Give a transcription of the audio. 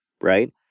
right